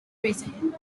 racing